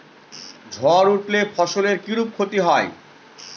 ঝড় উঠলে ফসলের কিরূপ ক্ষতি হয়?